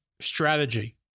strategy